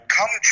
Come